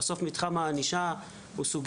בסוף מתחם הענישה הוא הנקודה